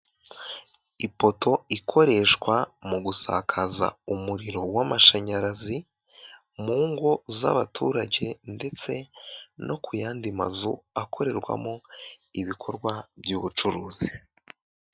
Ipoto ikoreshwa mu gusakaza umuriro w'amashanyarazi mu ngo z'abaturage ndetse no ku yandi mazu akorerwamo ibikorwa by'ubucuruzi.